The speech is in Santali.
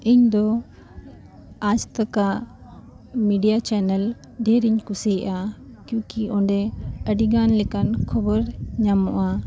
ᱤᱧᱫᱚ ᱟᱡᱽ ᱛᱚᱠᱟᱜ ᱢᱤᱰᱤᱭᱟ ᱪᱮᱱᱮᱞ ᱰᱷᱮᱨ ᱤᱧ ᱠᱩᱥᱤᱭᱟᱜᱼᱟ ᱠᱤᱭᱩᱠᱤ ᱚᱸᱰᱮ ᱟᱹᱰᱤ ᱜᱟᱱ ᱞᱮᱠᱟᱱ ᱠᱷᱚᱵᱚᱨ ᱧᱟᱢᱚᱜᱼᱟ